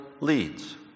leads